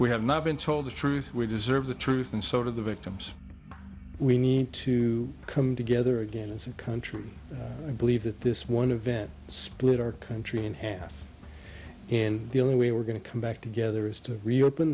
we have not been told the truth we deserve the truth and sort of the victims we need to come together again as a country i believe that this one a vet split our country in half and the only way we're going to come back together is to reopen